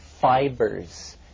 fibers